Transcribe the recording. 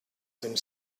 dem